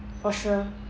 for sure